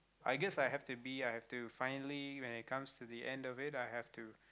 I guess I have to be I have to finally when it comes to the end of it I have to